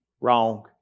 Wrong